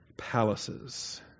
palaces